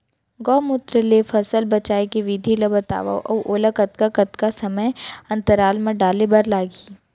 गौमूत्र ले फसल बचाए के विधि ला बतावव अऊ ओला कतका कतका समय अंतराल मा डाले बर लागही?